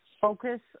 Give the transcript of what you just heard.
Focus